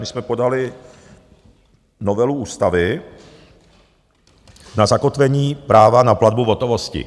My jsme podali novelu ústavy na zakotvení práva na platbu v hotovosti.